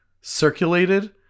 circulated